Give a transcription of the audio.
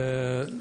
הלאה.